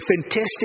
fantastic